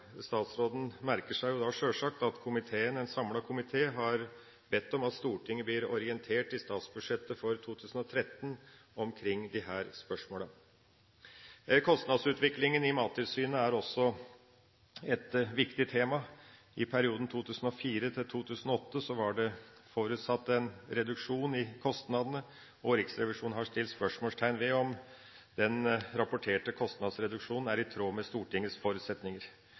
Statsråden merker seg sjølsagt at en samlet komité har bedt om at Stortinget blir orientert om disse spørsmålene i statsbudsjettet for 2013. Kostnadsutviklinga i Mattilsynet er også et viktig tema. I perioden 2004–2008 var det forutsatt en reduksjon i kostnadene, og Riksrevisjonen har satt spørsmålstegn ved om den rapporterte kostnadsreduksjonen er i tråd med Stortingets forutsetninger.